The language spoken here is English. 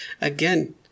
Again